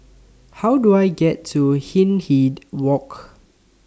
How Do I get to Hindhede Walk